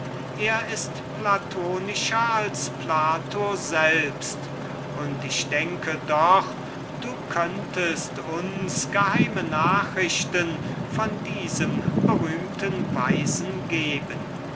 er ist platonischer als plato selbst denn ich denke du könntest uns geheime nachrichten von diesem berühmten weisen geben